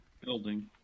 building